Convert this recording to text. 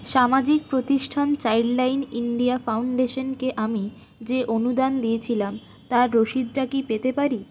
সামাজিক প্রতিষ্ঠান Childline India Foundation কে আমি যে অনুদান দিয়েছিলাম তার রশিদটা কি পেতে পারি